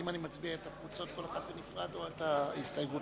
הואיל וההסתייגות